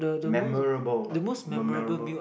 memorable memer~